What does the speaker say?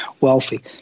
wealthy